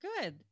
Good